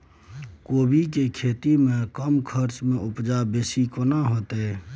कोबी के खेती में कम खर्च में उपजा बेसी केना होय है?